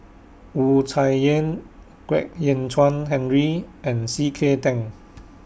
Wu Tsai Yen Kwek Hian Chuan Henry and C K Tang